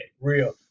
real